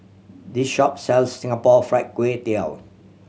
this shop sells Singapore Fried Kway Tiao